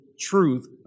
truth